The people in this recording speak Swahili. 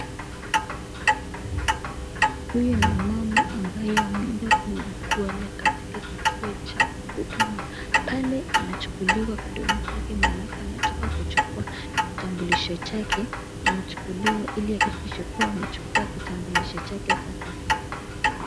Huyu ni mama ambayo ameenda katika kituo cha huduma pale anachukuliwa vidole zake manake ametoka kuchukua kitambulisho chake, anachukuliwa ili ahikikishe kuwa amechukwa kitambulisho chake sahihi.